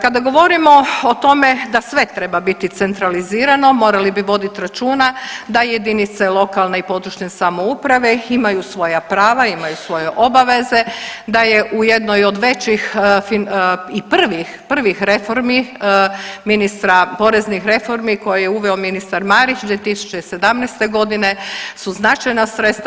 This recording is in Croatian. Kada govorimo o tome da sve treba biti centralizirano morali bi vodit računa da jedinice lokalne i područne samouprave imaju svoja prava i imaju svoje obaveze, da je u jednoj od većih i prvih, prvih reformi ministra poreznih reformi koje je uveo ministar Marić 2017.g. su značajna sredstva.